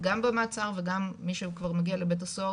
גם במעצר וגם מי שהוא כבר מגיע לבית הסוהר,